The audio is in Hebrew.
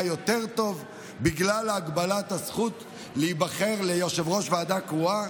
יותר טוב בגלל הגבלת הזכות להיבחר של יושב-ראש ועדה קרואה?